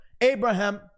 Abraham